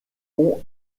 ont